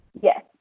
Yes